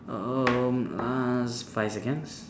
um uh five seconds